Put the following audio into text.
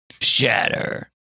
Shatter